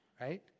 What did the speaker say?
right